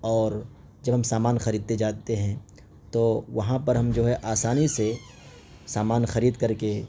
اور جب ہم سامان خریدتے جاتے ہیں تو وہاں پر ہم جو ہے آسانی سے سامان خرید کر کے